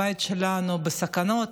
הבית שלנו בסכנות,